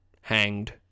hanged